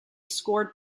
scored